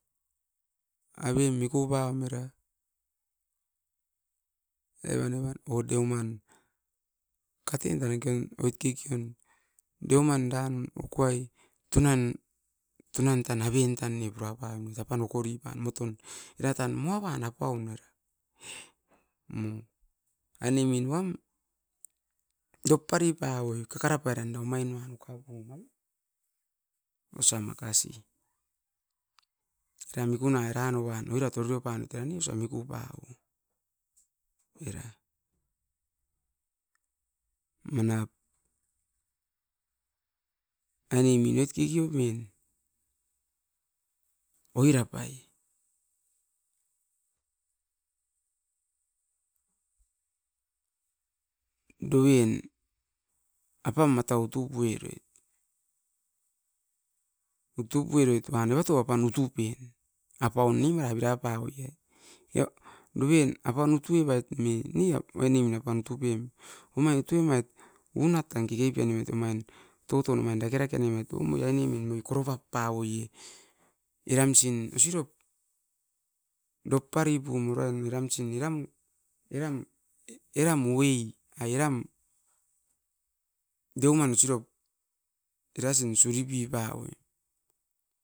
Aviem miku pam era, evan-evan o deoman katen tanaken oit kekeon. Deuman dan okuai tunan-tunan tan aveun tan ne pura paiomit apan okori pan moton. Era tan moavan apaun era. Ainem min uam dop pari pau'oi, kakarapai ran omain noan ukaupu nuan? Osa makasi, era mikuna eran uoban oirat ororio panoit ai ne osa miku pa o, oira. Manap ainemin oit kikio pen oirapai dovien apam matau utu pueroit. Utupu eroit evan evatop apan utupen. Apaun ni mara bira pa'oi e. nuvien apan utu evait'mi ni ap ainemin apan tupiem. Omain a tuimait unat tan keke pian oumit omain toton amain dakerake namit umai ainemin moi koropap pa oi e. Eramsin osirop dop paripum urain eramsin iram-iram, eram uei airam. Deoman sirop erasin suripip pa'oim.